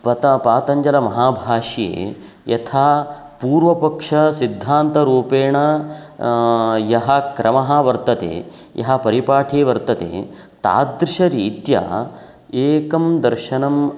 पत पातञ्जलमहाभाष्ये यथा पूर्वपक्षस्य सिद्धान्तरूपेण यः क्रमः वर्तते यः परिपाठी वर्तते तादृशरीत्या एकं दर्शनम्